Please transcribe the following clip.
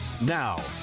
Now